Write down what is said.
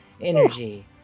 energy